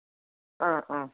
অঁ অঁ